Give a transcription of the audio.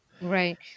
Right